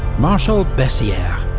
marshal bessieres